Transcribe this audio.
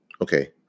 Okay